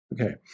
Okay